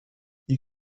you